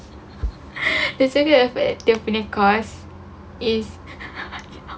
dia cakap dia punya course is